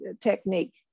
technique